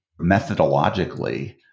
methodologically